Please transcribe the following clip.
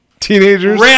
Teenagers